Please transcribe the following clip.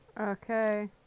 Okay